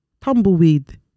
Tumbleweed